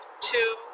two